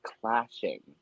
clashing